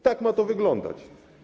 Tak ma to wyglądać.